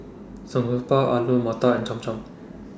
Samgeyopsal Alu Matar and Cham Cham